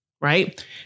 right